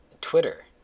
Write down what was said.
Twitter